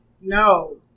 no